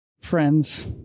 Friends